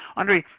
andre,